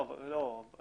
אני